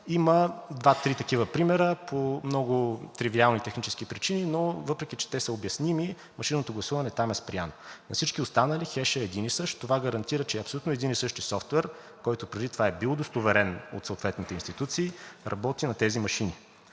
Има два, три такива примера по много тривиални технически причини, но въпреки че те са обясними, машинното гласуване там е спряно. На всички останали хешът е един и същ. Това гарантира, че абсолютно един и същи софтуер, който преди това е бил удостоверен от съответните институции, работи на тези машини.